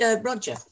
Roger